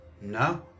No